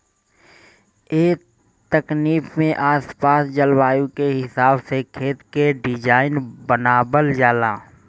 ए तकनीक में आस पास के जलवायु के हिसाब से खेत के डिज़ाइन बनावल जाला